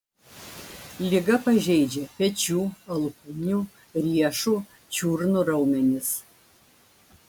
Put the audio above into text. liga pažeidžia pečių alkūnių riešų čiurnų raumenis